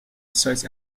such